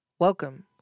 Welcome